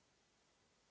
Hvala.